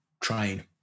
train